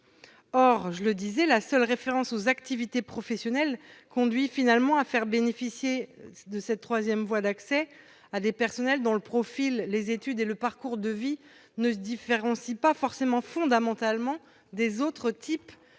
services publics. Or la seule référence aux activités professionnelles conduit finalement à faire bénéficier de cette troisième voie d'accès des personnes dont le profil, les études et les parcours de vie ne sont pas fondamentalement différents